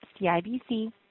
CIBC